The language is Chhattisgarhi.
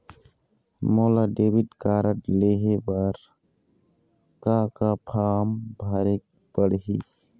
मोला डेबिट कारड लेहे बर का का फार्म भरेक पड़ही?